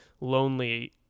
lonely